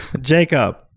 Jacob